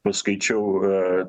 paskaičiau va